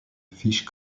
fish